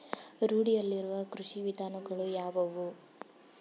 ರೂಢಿಯಲ್ಲಿರುವ ಕೃಷಿ ವಿಧಾನಗಳು ಯಾವುವು?